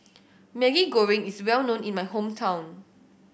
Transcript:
Maggi Goreng is well known in my hometown